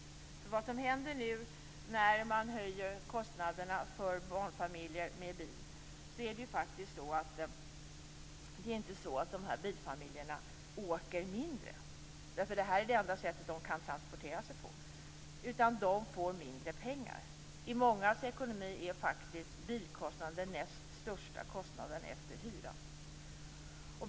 Vad som händer nu när man höjer kostnaderna för barnfamiljer med bil är inte att de åker mindre bil. Det är nämligen det enda sätt som de kan transportera sig på. De får i stället mindre pengar. I mångas ekonomi är bilkostnaden den näst största kostnaden efter hyran.